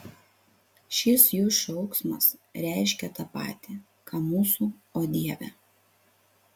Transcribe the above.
šis jų šauksmas reiškia tą patį ką mūsų o dieve